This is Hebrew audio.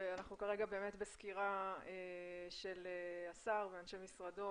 אנחנו כרגע בסקירה של השר ואנשי משרדו